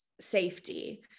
safety